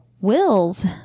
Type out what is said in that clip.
Will's